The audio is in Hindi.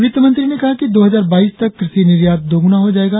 वित्तमंत्री ने कहा कि दो हजार बाईस तक कृषि निर्यात दोगुना हो जाएगा